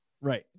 Right